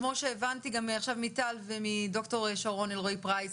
כמו שהבנתי גם עכשיו מטל ומד"ר שרון אלרעי פרייס,